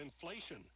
inflation